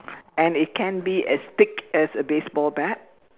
and it can be as thick as a baseball bat